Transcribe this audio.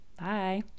bye